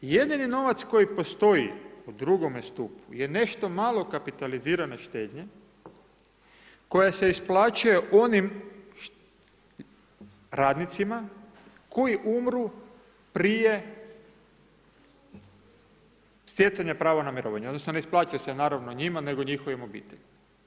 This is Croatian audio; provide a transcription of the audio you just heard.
Jedini novac koji postoji u drugome stupu je nešto malo kapitalizirane štednje koja se isplaćuje onim radnicima koji umru prije stjecanja prava na mirovinu, odnosno ne isplaćuje se naravno njima nego njihovim obiteljima.